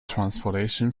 transportation